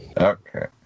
Okay